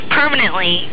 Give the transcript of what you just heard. permanently